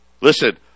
listen